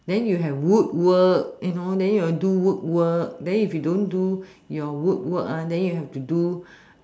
then you have wood work you know then you do wood work then if you don't do your wood work ah then you have to do